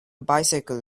bicycle